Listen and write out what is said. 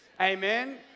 Amen